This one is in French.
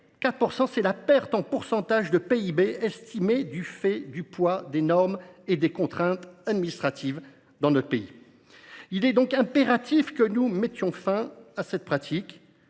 mois : la perte en pourcentage de PIB estimée du fait du poids des normes et des contraintes administratives dans notre pays atteint 4 %. Il est impératif que nous mettions fin à cette pratique.